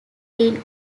been